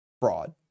Fraud